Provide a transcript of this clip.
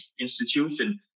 institution